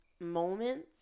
moments